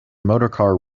motorcar